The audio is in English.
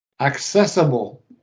accessible